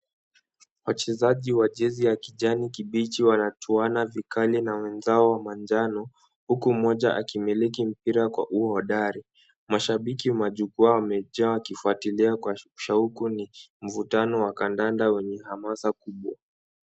Wachezaji wa jezi ya kijani kibichi wanachusna vikali na wenzao wa manjano, huku mmoja akimiliki mpira kwa uhodari. Mashabiki kwa jukwaa wamejaa, wakifuatilia kwa shauku mvutano wa kandakanda wenye hamasa kubwa.